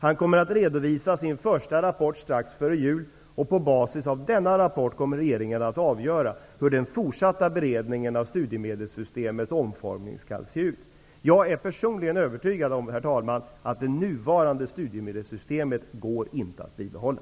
Han kommer att redovisa sin första rapport strax före jul, och på basis av denna rapport kommer regeringen att avgöra hur den fortsatta beredningen av studiemedelssystemets omformning skall se ut. Jag är personligen övertygad om, herr talman, att det nuvarande studiemedelssystemet inte går att bibehålla.